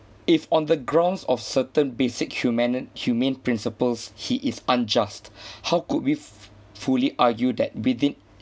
if on the grounds of certain basic humani~ humane principles he is unjust how could we f~ fully argue that within